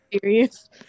serious